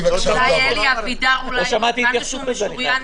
לא שמעתי התייחסות לזה.